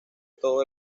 todo